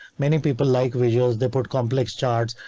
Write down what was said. many people like visuals, they put complex charts,